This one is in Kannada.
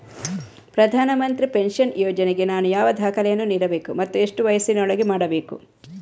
ಪ್ರಧಾನ ಮಂತ್ರಿ ಪೆನ್ಷನ್ ಯೋಜನೆಗೆ ನಾನು ಯಾವ ದಾಖಲೆಯನ್ನು ನೀಡಬೇಕು ಮತ್ತು ಎಷ್ಟು ವಯಸ್ಸಿನೊಳಗೆ ಮಾಡಬೇಕು?